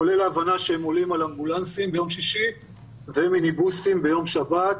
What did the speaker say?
כולל ההבנה שהם עולים על אמבולנסים ביום שישי ומיניבוסים ביום שבת,